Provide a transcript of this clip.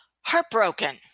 Heartbroken